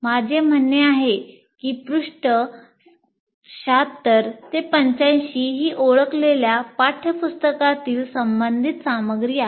माझे म्हणणे आहे की पृष्ठ 76 ते 85 ही ओळखलेल्या पाठ्यपुस्तकातील संबंधित सामग्री आहे